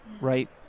right